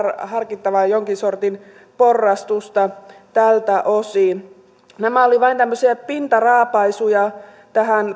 harkittava jonkin sortin porrastusta tältä osin nämä olivat vain tämmöisiä pintaraapaisuja tähän